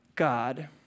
God